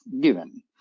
given